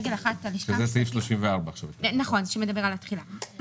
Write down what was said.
שזה סעיף 34. נכון, שמדבר על התחילה.